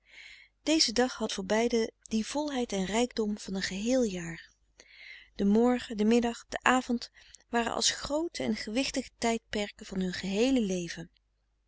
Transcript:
deze dag had voor beiden de volheid en rijkdom van een geheel jaar de morgen de middag de avond waren als groote en gewichtige tijdperken van hun geheele leven